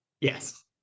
yes